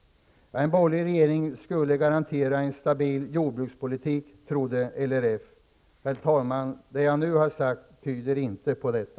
En borgerlig regering skulle garantera en stabil jordbrukspolitik, trodde LRF, herr talman! Det jag nu har sagt tyder inte på detta.